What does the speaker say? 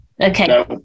Okay